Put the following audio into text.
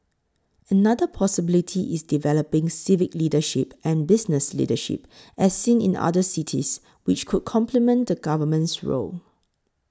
another possibility is developing civic leadership and business leadership as seen in other cities which could complement the Government's role